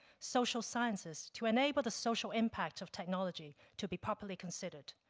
social sciences to enable the social impact of technology to be properly considered,